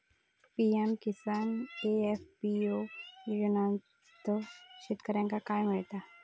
PM Kisan FPO योजनाच्यात शेतकऱ्यांका काय मिळता?